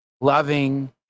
loving